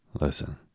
Listen